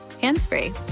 hands-free